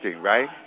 right